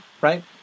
right